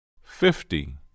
Fifty